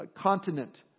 Continent